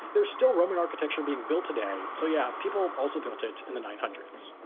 there's still roman architecture being built today, so yeah, people also built it in the nine hundred s.